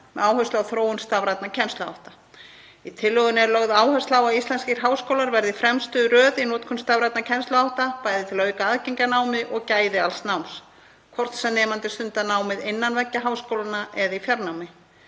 með áherslu á þróun stafrænna kennsluhátta. Í tillögunni er lögð áhersla á að íslenskir háskólar verði í fremstu röð í notkun stafrænna kennsluhátta, bæði til að auka aðgengi að námi og gæði alls náms, hvort sem nemendur stunda námið innan veggja háskólanna eða í fjarnámi.